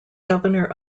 governor